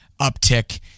uptick